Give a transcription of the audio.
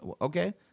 Okay